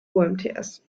umts